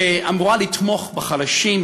שאמורה לתמוך בחלשים,